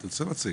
את עושה מצגת,